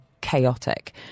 chaotic